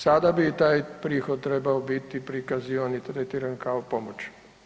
Sada bi taj prihod trebao biti prikazivan i tretiran kao pomoć.